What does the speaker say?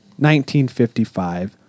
1955